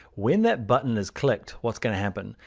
when that button is clicked, what's going to happen?